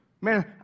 Man